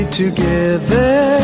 together